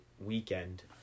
weekend